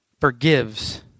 forgives